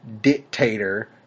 dictator